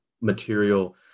material